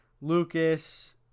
Lucas